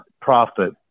profit